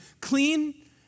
clean